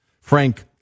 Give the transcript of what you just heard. Frank